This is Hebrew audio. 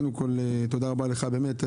קודם כול תודה רבה לך באמת.